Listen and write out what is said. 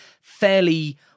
fairly